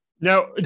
Now